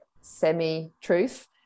semi-truth